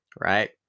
right